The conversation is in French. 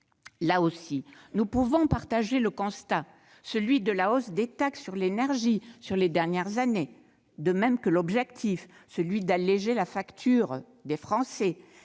Là aussi, nous pouvons partager le constat- celui de la hausse des taxes sur l'énergie au cours des dernières années - de même que l'objectif- celui d'alléger la facture des Français